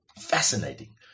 Fascinating